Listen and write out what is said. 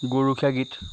গৰখীয়া গীত